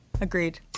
Agreed